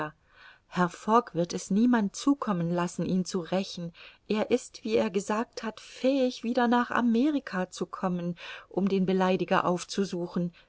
fogg wird es niemand zukommen lassen ihn zu rächen er ist wie er gesagt hat fähig wieder nach amerika zu kommen um den beleidiger aufzusuchen